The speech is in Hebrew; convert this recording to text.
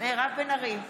מירב בן ארי,